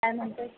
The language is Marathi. त्यानंतर